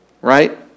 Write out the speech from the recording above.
right